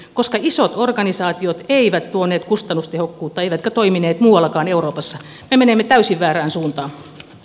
koska isot organisaatiot eivät tuoneet kustannustehokkuutta eivätkä toimineet muuallakaan euroopassa me menemme täysin väärään suuntaan